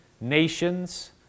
nations